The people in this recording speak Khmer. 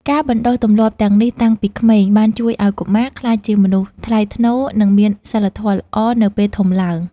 ការបណ្តុះទម្លាប់ទាំងនេះតាំងពីក្មេង បានជួយឱ្យកុមារក្លាយជាមនុស្សថ្លៃថ្នូរ និងមានសីលធម៌ល្អនៅពេលធំឡើង។